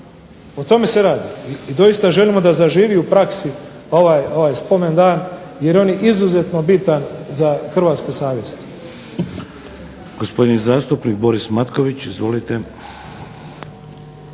O tome se radi. I doista želimo da zaživi u praksi ovaj spomendan jer on je izuzetno bitan za hrvatsku savjest.